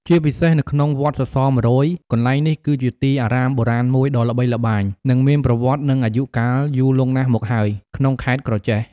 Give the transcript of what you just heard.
ជាពិសេសនៅក្នុងវត្តសរសរ១០០ កន្លែងនេះគឺជាទីអារាមបុរាណមួយដ៏ល្បីល្បាញ និងមានប្រវត្តិនឹងអាយុកាលយូរលង់ណាស់មកហើយក្នុងខេត្តក្រចេះ ។